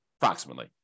approximately